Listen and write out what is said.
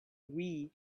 wii